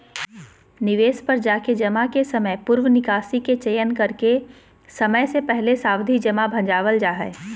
निवेश पर जाके जमा के समयपूर्व निकासी के चयन करके समय से पहले सावधि जमा भंजावल जा हय